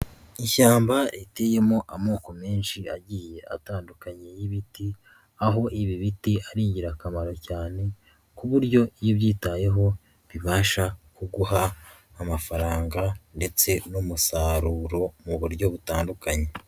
Ishyamba riteyemo amoko menshi agiye atandukanye y'ibiti, aho ibi biti ari ingirakamaro cyane, ku buryo iyo ubyitayeho bibasha kuguha amafaranga ndetse n'umusaruro mu buryo butandukanye.